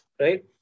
right